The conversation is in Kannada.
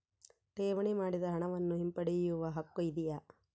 ಠೇವಣಿ ಮಾಡಿದ ಹಣವನ್ನು ಹಿಂಪಡೆಯವ ಹಕ್ಕು ಇದೆಯಾ?